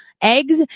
eggs